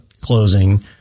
closing